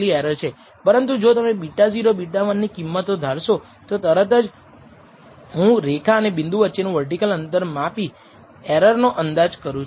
પરંતુ જો તમે β0 β1 ની કિંમતો ધારશો તો તરત જ હું રેખા અને બિંદુ વચ્ચેનું વર્ટિકલ અંતર માપી એરર નો અંદાજ કરું છું